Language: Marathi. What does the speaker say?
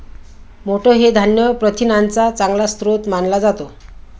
मोठ हे धान्य प्रथिनांचा चांगला स्रोत मानला जातो